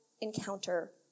encounter